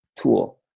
tool